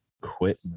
Quit